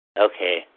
Okay